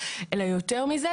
אלא יותר מזה.